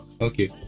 Okay